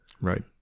Right